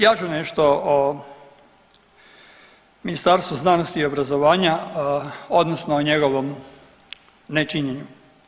Ja ću nešto o Ministarstvu znanosti i obrazovanja, odnosno o njegovom nečinjenju.